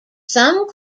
some